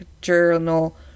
Journal